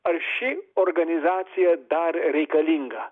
ar ši organizacija dar reikalinga